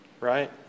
right